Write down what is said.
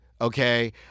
okay